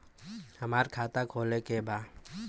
हमार खाता खोले के बा?